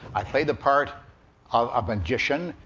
i play the part of a magician,